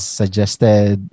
suggested